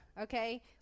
Okay